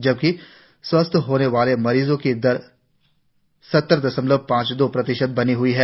जबकि स्वस्थ होने वाले मरीजों की दर सत्रर दशमलव पांच दो प्रतिशत बनी हुई है